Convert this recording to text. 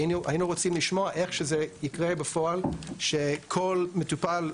היינו רוצים לשמוע איך זה יקרה בפועל שכל מטופל,